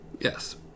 Yes